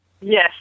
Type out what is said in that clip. Yes